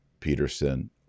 peterson